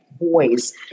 boys